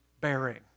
bearing